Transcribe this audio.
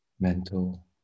mental